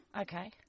Okay